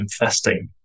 investing